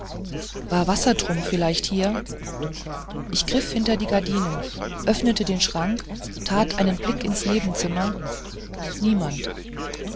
war wassertrum vielleicht hier ich griff hinter die gardinen öffnete den schrank tat einen blick ins nebenzimmer niemand